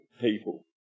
people